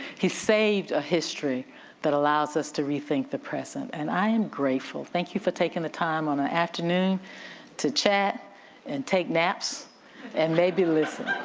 he saved a history that allows us to rethink the present and i am grateful. thank you for taking the time on an afternoon to chat and take naps and maybe listen,